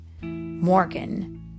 Morgan